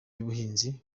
y’ubuhinzi